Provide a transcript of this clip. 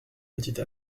petite